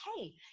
hey